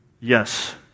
Yes